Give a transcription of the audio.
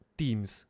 teams